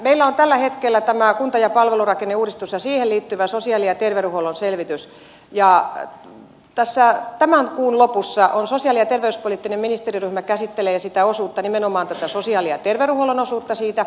meillä on tällä hetkellä tämä kunta ja palvelurakenneuudistus ja siihen liittyvä sosiaali ja terveydenhuollon selvitys ja tämän kuun lopussa sosiaali ja terveyspoliittinen ministeriryhmä käsittelee sitä osuutta nimenomaan tätä sosiaali ja terveydenhuollon osuutta siitä